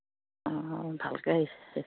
অঁ ভালকৈ